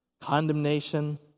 condemnation